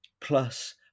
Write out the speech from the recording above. plus